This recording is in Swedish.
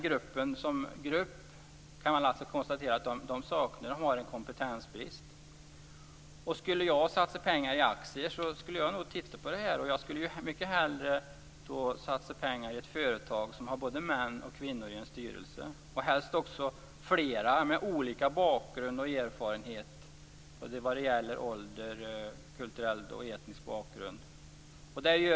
Men som grupp har de en kompetensbrist. Skulle jag satsa pengar i aktier skulle jag nog titta på detta. Jag skulle mycket hellre satsa pengar i ett företag som har både män och kvinnor i styrelsen. Helst skall den också bestå av personer med olika bakgrund och erfarenhet både vad gäller ålder och kulturell och etnisk bakgrund.